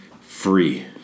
free